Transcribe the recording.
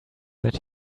that